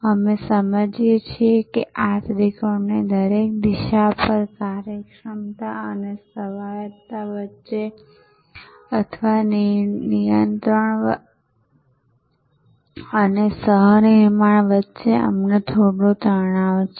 અમે સમજીએ છીએ કે આ ત્રિકોણની દરેક દિશા પર કાર્યક્ષમતા અને સ્વાયત્તતા વચ્ચે અથવા નિયંત્રણ અને સહ નિર્માણ વચ્ચે અમને થોડો તણાવ છે